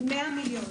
100 מיליון.